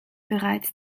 bereits